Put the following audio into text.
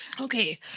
Okay